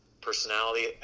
personality